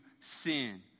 sin